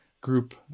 group